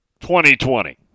2020